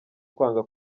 kwanga